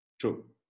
True